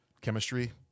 chemistry